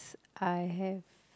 I have